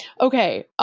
okay